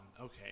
Okay